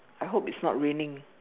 I hope it's not raining